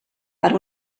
per